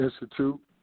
Institute